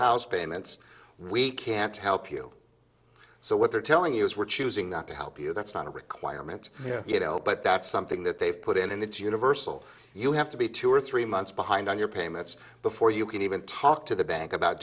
house payments we can't help you so what they're telling you is we're choosing not to help you that's not a requirement you know but that's something that they've put in and it's universal you have to be two or three months behind on your payments before you can even talk to the bank about